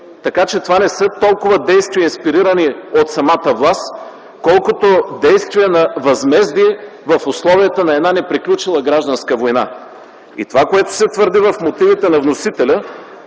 Така че това не са толкова действия инспирирани от самата власт, колкото действия на възмездие, в условията на една неприключила гражданска война. И това, което се твърди в мотивите на вносителя,